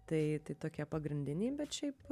tai tai tokie pagrindiniai bet šiaip